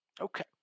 Okay